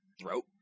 throat